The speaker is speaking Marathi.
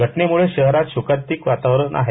घटवेमुळे शहरात शोकांतिक वातावरण आहे